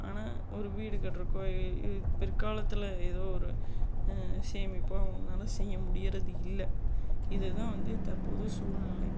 ஆனால் ஒரு வீடு கட்றதுக்கோ இ இ பிற்காலத்தில் எதோ ஒரு சேமிப்போ அவங்கனால செய்ய முடிகிறது இல்லை இது தான் வந்து தற்போதைய சூழ்நிலை